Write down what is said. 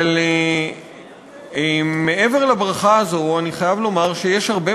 אבל מעבר לברכה הזו אני חייב לומר שיש הרבה